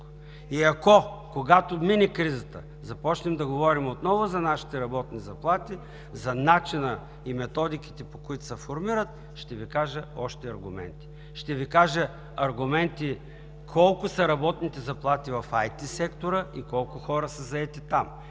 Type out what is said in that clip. И ако, когато мине кризата, започнем да говорим отново за нашите работни заплати, за начина и методиките, по които се формират, ще Ви кажа още аргументи. Ще Ви кажа аргументи колко са работните заплати в IT сектора, колко хора са заети там